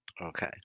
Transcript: Okay